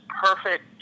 perfect